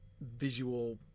visual